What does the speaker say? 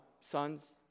sons